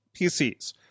PCs